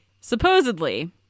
supposedly